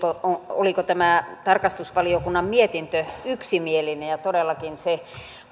oliko tämä tarkastusvaliokunnan mietintö yksimielinen todellakin se